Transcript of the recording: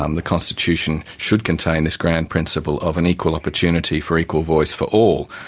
um the constitution should contain this grand principle of an equal opportunity for equal voice for all,